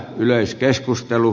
yleiskeskustelu